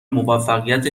موفقیت